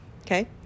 okay